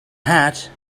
hat